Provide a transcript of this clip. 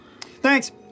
Thanks